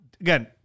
again